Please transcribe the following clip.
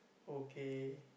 okay